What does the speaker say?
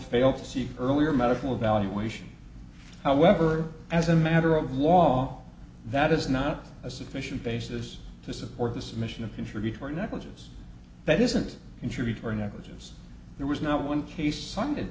to see earlier medical evaluation however as a matter of law that is not a sufficient basis to support the submission of contributory negligence that isn't contributory negligence there was no one case sund